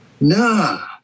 Nah